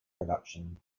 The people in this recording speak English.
production